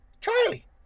Charlie